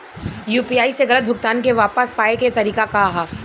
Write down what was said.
UPI से गलत भुगतान के वापस पाये के तरीका का ह?